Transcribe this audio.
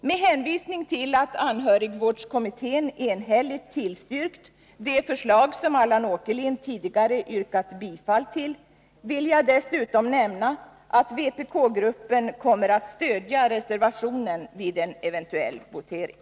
Med hänvisning till att anhörigvårdskommittén enhälligt tillstyrkt det förslag som Allan Åkerlind tidigare yrkat bifall till, vill jag dessutom nämna att vpk-gruppen kommer att stödja reservationen vid en eventuell votering.